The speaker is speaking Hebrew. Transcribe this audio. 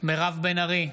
מירב בן ארי,